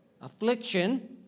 Affliction